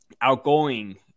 outgoing